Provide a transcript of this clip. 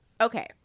Okay